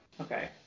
Okay